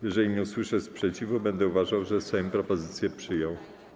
Jeżeli nie usłyszę sprzeciwu, będę uważał, że Sejm propozycję przyjął.